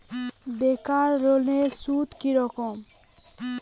বেকার লোনের সুদ কি রকম?